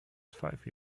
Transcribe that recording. five